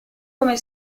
come